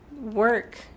work